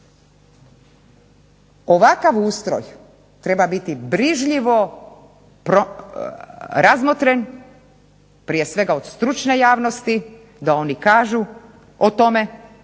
Ovakav ustroj treba biti brižljivo razmotren prije svega od stručne javnosti da oni kažu o tome